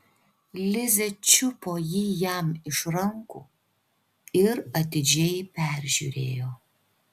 lizė čiupo jį jam iš rankų ir atidžiai peržiūrėjo